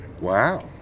Wow